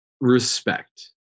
respect